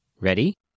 Ready